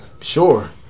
sure